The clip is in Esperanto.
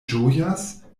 ĝojas